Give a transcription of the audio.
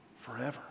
forever